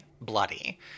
bloody